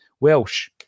Welsh